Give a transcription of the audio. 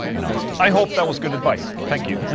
you know? i hope that was good advice. thank you.